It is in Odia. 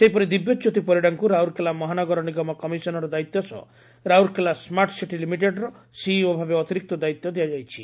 ସେହିପରି ଦିବ୍ୟଜ୍ୟୋତି ପରିଡାଙ୍କୁ ରାଉରକେଲା ମହାନଗର ନିଗମ କମିଶନର ଦାୟିତ୍ୱ ସହ ରାଉରକେଲା ସ୍କାର୍ଟସିଟି ଲିମିଟେଡର ସିଇଓ ଭାବେ ଅତିରିକ୍ତ ଦାୟିତ୍ ଦିଆଯାଇଛି